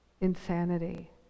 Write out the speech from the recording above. insanity